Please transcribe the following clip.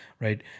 right